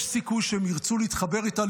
יש סיכוי שהם ירצו להתחבר אליה,